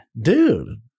Dude